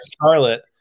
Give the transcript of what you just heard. Charlotte